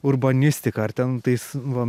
urbanistika ar ten tais va